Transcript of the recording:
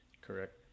Correct